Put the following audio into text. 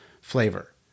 flavor